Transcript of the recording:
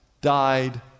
died